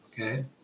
okay